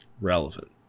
relevant